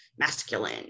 masculine